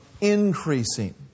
increasing